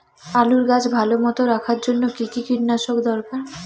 আলুর গাছ ভালো মতো রাখার জন্য কী কী কীটনাশক দরকার?